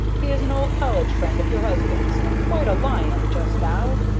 he is an old college friend of your husband's, and quite a lion just now,